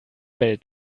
welt